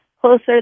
closer